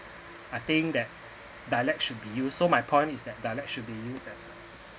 I think that dialect should be used so my point is that dialect should be as a